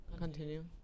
continue